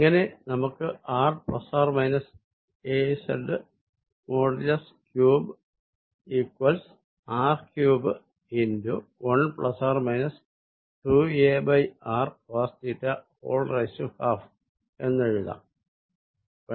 ഇങ്ങനെ നമുക്ക് raz3 r 3 3 2 എന്ന് എഴുതാം